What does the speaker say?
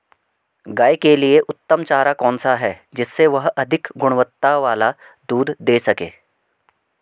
गाय के लिए उत्तम चारा कौन सा है जिससे वह अधिक गुणवत्ता वाला दूध दें सके?